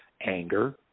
anger